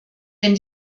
wenn